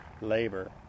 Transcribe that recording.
labor